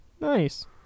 Nice